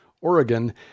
Oregon